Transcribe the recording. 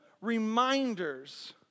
reminders